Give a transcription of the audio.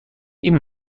این